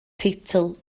teitl